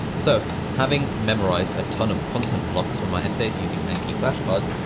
so, having memorized a ton of content blocks from my essays using anki flashcards.